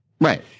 Right